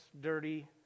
dirty